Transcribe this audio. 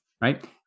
Right